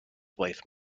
wife